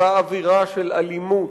אותה אווירה של אלימות,